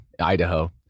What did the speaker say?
idaho